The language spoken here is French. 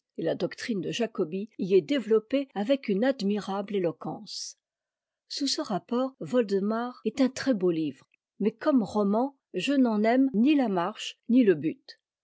et la doctrine de jacobi y est développée avec une admirable éloquence sous ce rapport woldemar est un très-beau livre mais comme roman je n'en aime ni la marche ni le but